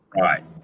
right